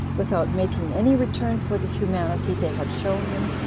without making any return for the humanity they had shown him,